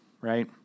right